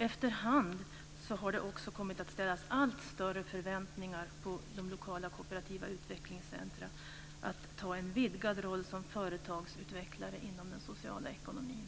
Efterhand har man också kommit att ha allt större förväntningar på de lokala kooperativa utvecklingscentrumen när det gäller att ha en vidgad roll som företagsutvecklare inom den sociala ekonomin.